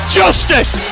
justice